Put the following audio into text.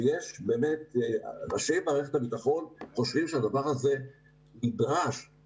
באמת כשראשי מערכת הביטחון חושבים שהדבר הזה נדרש,